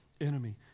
enemy